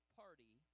party